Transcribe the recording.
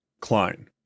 Klein